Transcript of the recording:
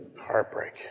Heartbreak